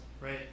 Right